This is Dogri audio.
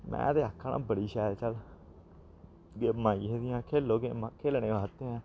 में ते आक्खा ना बड़ी शैल चल गेमां आई दियां खेलो गेमां खेलने बास्तै ऐ